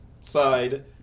side